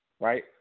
right